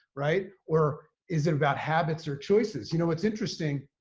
right. or is it about habits or choices? you know, it's interesting.